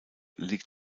liegt